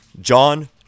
John